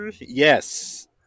Yes